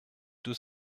deux